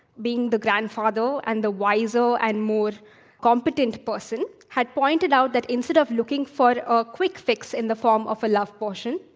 being the grandfather, and the wiser, and more competent person had pointed out that, instead of looking for a quick fix in the form of a love potion,